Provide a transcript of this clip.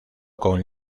con